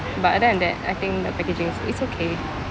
but other than that I think the packaging it's it's okay